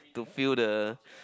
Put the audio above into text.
to feel the